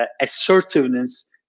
assertiveness